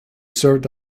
served